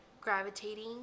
gravitating